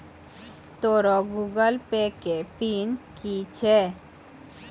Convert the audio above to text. तोरो Google Pay के PIN कि छौं?